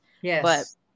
Yes